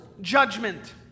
judgment